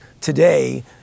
today